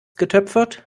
getöpfert